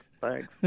Thanks